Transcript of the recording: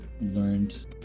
learned